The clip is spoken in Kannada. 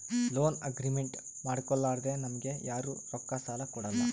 ಲೋನ್ ಅಗ್ರಿಮೆಂಟ್ ಮಾಡ್ಕೊಲಾರ್ದೆ ನಮ್ಗ್ ಯಾರು ರೊಕ್ಕಾ ಸಾಲ ಕೊಡಲ್ಲ